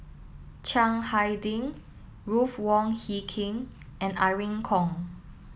Chiang Hai Ding Ruth Wong Hie King and Irene Khong